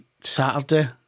Saturday